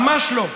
ממש לא.